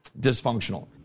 dysfunctional